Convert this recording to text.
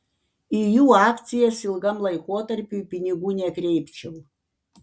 į jų akcijas ilgam laikotarpiui pinigų nekreipčiau